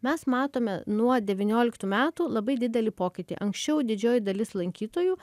mes matome nuo devynioliktų metų labai didelį pokytį anksčiau didžioji dalis lankytojų